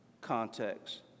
context